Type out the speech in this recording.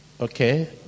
Okay